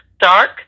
Dark